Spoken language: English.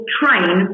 train